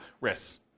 risks